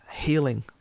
healing